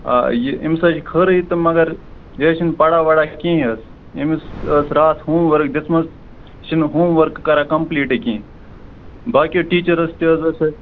آ یہِ أمۍ حظ چھُ خٲرٕے تہٕ مَگر یہِ حظ چھُنہٕ پران وران کِہیٖنٛۍ حظ أمِس ٲس راتھ ہوٗم ؤرک دِژمٕژ یہِ چھُنہٕ ہوٗم ؤرک کٔران کَمپلیٖٹٕے کیٚنٛہہ باقٕے ٹیٖچرو تہِ حظ ٲس